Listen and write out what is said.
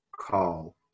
call